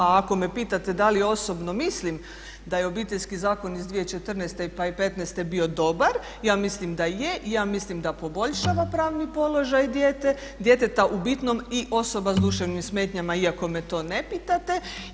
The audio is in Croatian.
A ako me pitate da li osobno mislim da je Obiteljski zakon iz 2014. pa i petnaeste bio dobar ja mislim da je, ja mislim da poboljšava pravni položaj djeteta u bitnom i osoba s duševnim smetnjama iako me to ne pitate.